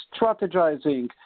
strategizing